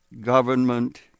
government